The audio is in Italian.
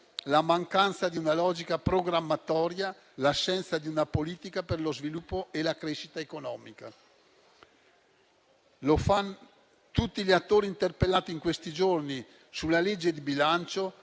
la mancanza di una logica programmatoria, l’assenza di una politica per lo sviluppo e la crescita economica. Tutti gli attori interpellati in questi giorni sulla legge di bilancio